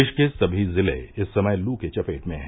प्रदेश के सभी जिले इस समय लू के चपेट में हैं